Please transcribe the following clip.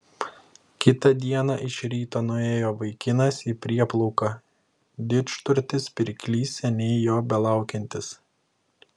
kitą dieną iš ryto nuėjo vaikinas į prieplauką didžturtis pirklys seniai jo belaukiantis